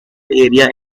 area